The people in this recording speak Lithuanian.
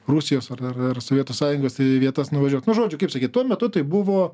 rusijos ar ar ar sovietų sąjungos vietas nuvažiuot nu žodžiu kaip sakyt tuo metu tai buvo